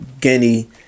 guinea